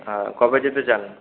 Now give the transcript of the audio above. হ্যাঁ কবে যেতে চান